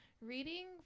reading